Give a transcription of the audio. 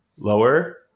lower